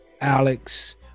Alex